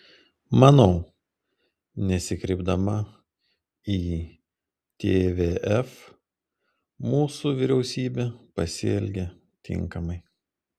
manau nesikreipdama į tvf mūsų vyriausybė pasielgė tinkamai